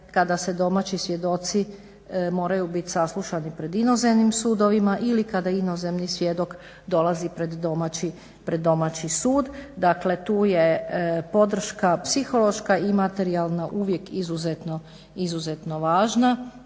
kada se domaći svjedoci moraju biti saslušani pred inozemnim sudovima ili kada inozemni svjedok dolazi pred domaći sud. Dakle, tu je podrška psihološka i materijalna uvijek izuzetno važna.